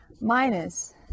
minus